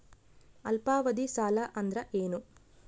ಅಲ್ಪಾವಧಿ ಸಾಲ ಅಂದ್ರ ಏನು?